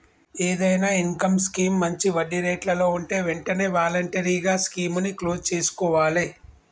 ఏదైనా income scheme మంచి వడ్డీరేట్లలో వుంటే వెంటనే వాలంటరీగా స్కీముని క్లోజ్ చేసుకోవాలే